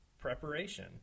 preparation